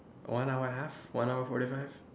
one hour half one hour forty five